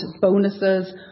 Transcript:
bonuses